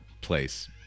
place